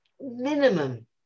minimum